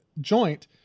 joint